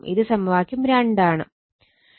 ഇത് സമവാക്യം 2 ആണ്